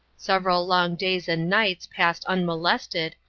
several long days and nights passed unmolested,